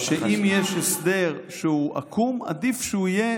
-- שאם יש הסדר שהוא עקום, עדיף שהוא יהיה